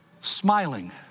smiling